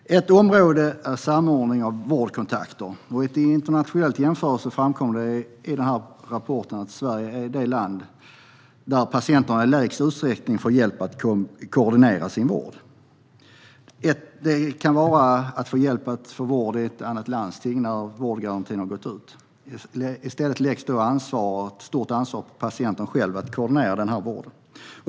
Ett område är samordning av vårdkontakter. Det framgår av rapporten att Sverige vid en internationell jämförelse är det land där patienterna i minst utsträckning får hjälp att koordinera sin vård. Det kan handla om hjälp med att få vård i ett annat landsting när vårdgarantin har gått ut. I stället läggs ett stort ansvar på patienten själv att koordinera vården.